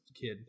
kid